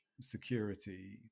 security